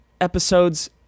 episodes